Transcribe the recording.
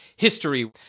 History